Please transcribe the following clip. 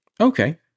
Okay